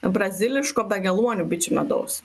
braziliško be geluonių bičių medaus